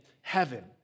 heaven